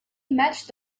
matchs